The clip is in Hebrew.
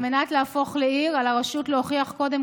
על מנת להפוך לעיר על הרשות להוכיח קודם